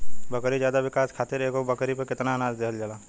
बकरी के ज्यादा विकास खातिर एगो बकरी पे कितना अनाज देहल जाला?